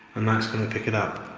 and that's gonna pick it up